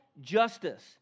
justice